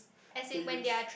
they use